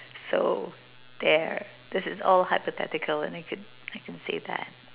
so there this is all hypothetical and I could I could say that